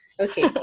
Okay